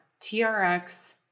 TRX